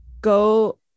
go